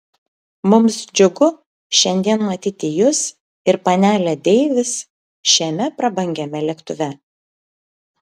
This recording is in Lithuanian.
mums džiugu šiandien matyti jus ir panelę deivis šiame prabangiame lėktuve